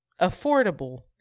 affordable